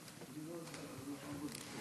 גברתי היושבת-ראש, כנסת נכבדה,